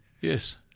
Yes